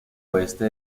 oeste